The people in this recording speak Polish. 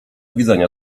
widzenia